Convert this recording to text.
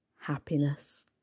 happiness